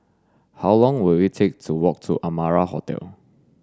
how long will it take to walk to Amara Hotel